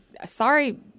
Sorry